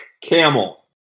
camel